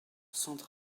centre